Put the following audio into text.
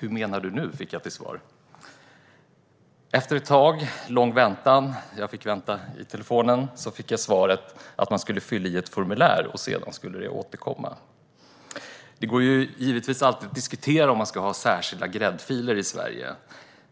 "Hur menar du nu? ", fick jag till svar. Efter en lång väntan i telefonen fick jag svaret att jag skulle fylla i ett formulär, och sedan skulle Arbetsförmedlingen återkomma. Det går givetvis alltid att diskutera om det ska finnas särskilda gräddfiler i Sverige.